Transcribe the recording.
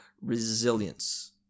resilience